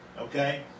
Okay